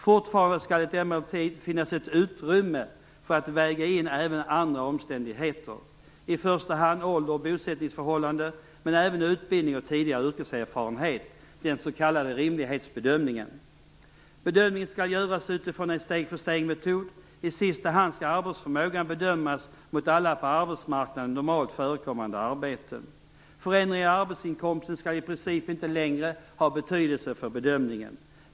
Fortfarande skall det emellertid finnas ett utrymme för att väga in även andra omständigheter, i första hand ålder och bosättningsförhållanden men även utbildning och tidigare yrkeserfarenhet - den s.k. rimlighetsbedömningen. Bedömningen skall göras utifrån en steg-för-stegmetod. I sista hand skall arbetsförmågan bedömas mot alla på arbetsmarknaden normalt förekommande arbeten. Förändringar i arbetsinkomsten skall i princip inte längre ha betydelse för bedömningen.